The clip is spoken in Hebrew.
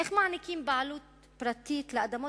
איך מעניקים בעלות פרטית על אדמות